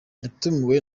yatumiwe